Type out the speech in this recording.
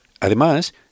Además